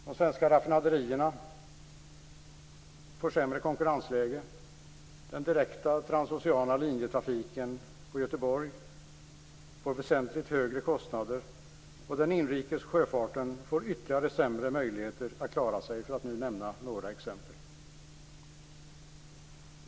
De svenska raffinaderierna får ett sämre konkurrensläge, den direkta transoceana linjetrafiken på Göteborg får väsentligt högre kostnader och inrikessjöfarten får ännu sämre möjligheter att klara sig, för att nu nämna några exempel.